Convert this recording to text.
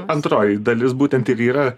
antroji dalis būtent ir yra